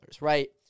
right